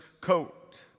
coat